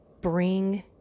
bring